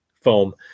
foam